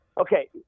Okay